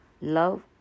Love